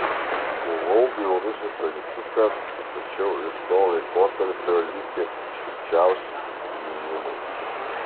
buvau bjaurusis ančiukas tačiau iš to laikotarpio likę tik šilčiausi prisiminimai